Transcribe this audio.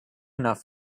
enough